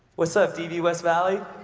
what's up, db, west valley,